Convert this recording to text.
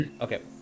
Okay